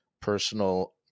personal